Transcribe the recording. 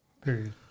Period